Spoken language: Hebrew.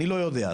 לא יודע.